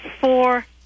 four